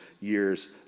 years